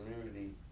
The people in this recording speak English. community